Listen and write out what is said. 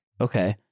okay